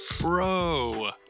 Bro